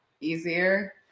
easier